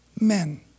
men